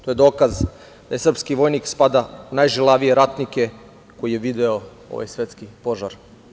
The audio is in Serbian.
To je dokaz da srpski vojnik spada u najžilavije ratnike koje je video ovaj svetski požar.